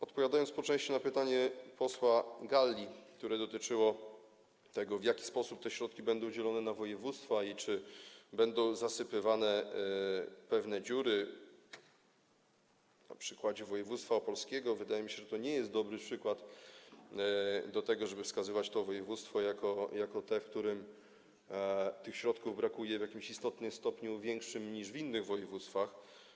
Odpowiadając po części na pytanie posła Galli, które dotyczyło tego, w jaki sposób te środki będą dzielone na województwa i czy będą zasypywane pewne dziury, na przykładzie województwa opolskiego - wydaje mi się, że to nie jest dobry przykład, żeby wskazywać to województwo jako to, w którym tych środków brakuje w jakimś istotnym stopniu, większym niż w innych województwach.